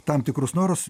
tam tikrus norus